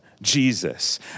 Jesus